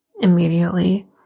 immediately